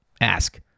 Ask